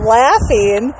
laughing